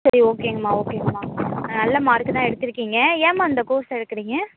சரி ஓகேங்மா ஓகேங்மா நல்ல மார்க்கு தான் எடுத்திருக்கிங்க ஏன்மா இந்த கோர்ஸ்ஸை எடுக்கிறிங்க